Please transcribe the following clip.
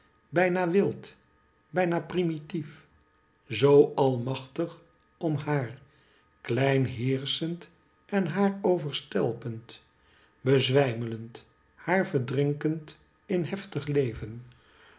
bijna wild bijna primitief zoo almachtig om haar klein heerschend en haar overstelpend bezwijmelend haar verdrinkend in heftig leven